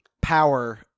power